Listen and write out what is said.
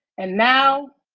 and now,